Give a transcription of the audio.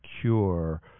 cure